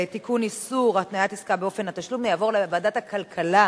איסור התניית עסקה באופן התשלום תועבר לוועדת הכלכלה